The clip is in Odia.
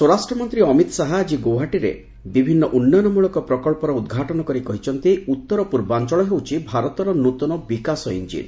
ସ୍ୱରାଷ୍ଟ୍ରମନ୍ତ୍ରୀ ଅମିତ ଶାହା ଆଜି ଗୌହାଟିରେ ବିଭିନ୍ନ ଉନ୍ନୟନମୂଳକ ପ୍ରକଳ୍ପର ଉଦ୍ଘାଟନ କରି କହିଛନ୍ତି ଉତ୍ତର ପୂର୍ବାଞ୍ଚଳ ହେଉଛି ଭାରତର ନୃତନ ବିକାଶ ଇଞ୍ଜିନ୍